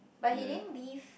but he didn't leave